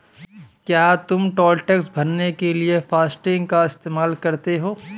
क्या तुम toll tax भरने के लिए फासटेग का इस्तेमाल करते हो?